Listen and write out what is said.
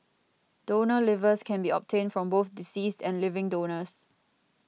donor livers can be obtained from both deceased and living donors